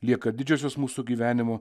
lieka didžiosios mūsų gyvenimo